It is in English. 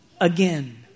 again